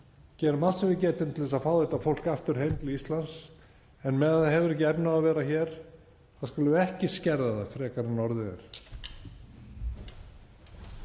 Gerum allt sem við getum til að fá þetta fólk aftur heim til Íslands. En meðan það hefur ekki efni á að vera hér skulum við ekki skerða það frekar en orðið er.